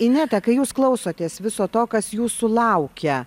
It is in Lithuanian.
ineta kai jūs klausotės viso to kas jūsų laukia